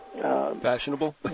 Fashionable